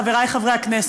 חברי חברי הכנסת,